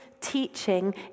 teaching